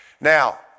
Now